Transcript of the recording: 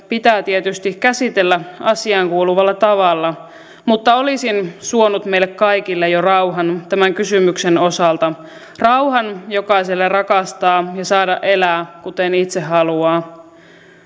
pitää tietysti käsitellä asiaankuuluvalla tavalla mutta olisin suonut meille kaikille jo rauhan tämän kysymyksen osalta rauhan jokaiselle rakastaa ja saada elää kuten itse haluaa